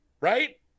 Right